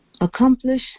accomplish